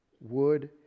wood